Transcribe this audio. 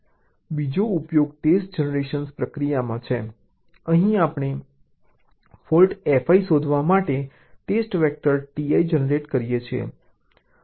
બીજો ઉપયોગ test generation પ્રક્રિયામાં છે અહીં આપણે ફોલ્ટ Fi શોધવા માટે ટેસ્ટ વેક્ટર Ti જનરેટ કરીએ છીએ